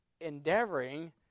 endeavoring